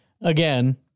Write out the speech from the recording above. again